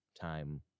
Time